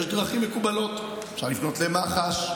יש דרכים מקובלות: אפשר לפנות למח"ש,